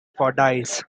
fordyce